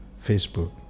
Facebook